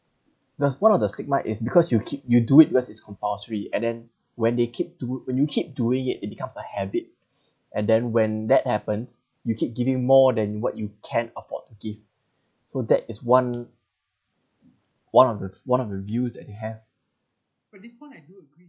the one of the stigma is because you keep you do it because it's compulsory and then when they keep do~ when you keep doing it it becomes a habit and then when that happens you keep giving more than you what you can afford to give so that is one one of the one of the views that they have